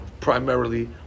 primarily